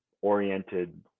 oriented